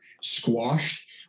squashed